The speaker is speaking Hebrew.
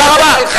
תודה רבה.